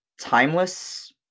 timeless